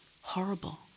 horrible